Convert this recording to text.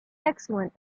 excellent